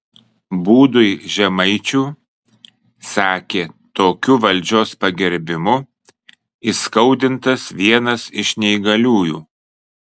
būdui žemaičių sakė tokiu valdžios pagerbimu įskaudintas vienas iš neįgaliųjų